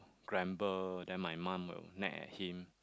gamble then my mum will nag at him